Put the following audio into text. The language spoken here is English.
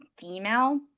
female